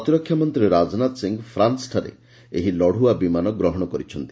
ପ୍ରତିରକ୍ଷା ମନ୍ତୀ ରାଜନାଥ ସିଂହ ଫ୍ରାନୁଠାରେ ଏହି ଲଢ୍ରଆ ବିମାନ ଗ୍ରହଶ କରିଛନ୍ତି